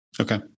Okay